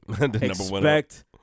expect